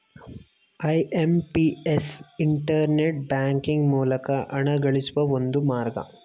IMPS internet banking ಮೂಲಕ ಹಣಗಳಿಸುವ ಒಂದು ಮಾರ್ಗ